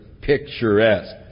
picturesque